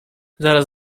zaraz